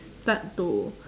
start to